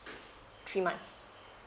three months